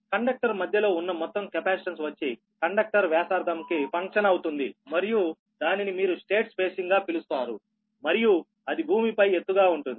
conductor మధ్యలో ఉన్న మొత్తం కెపాసిటన్స్ వచ్చి కండక్టర్ వ్యాసార్థం కి ఫంక్షన్ అవుతుంది మరియు దానిని మీరు స్టేట్ స్పేసింగ్ గా పిలుస్తారు మరియు అది భూమిపై ఎత్తుగా ఉంటుంది